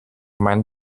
meinen